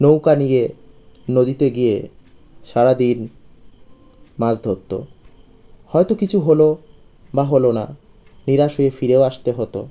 নৌকা নিয়ে নদীতে গিয়ে সারা দিন মাছ ধরত হয়তো কিছু হল বা হল না নিরাশ হয়ে ফিরেও আসতে হতো